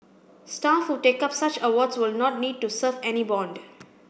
staff who take up such awards will not need to serve any bond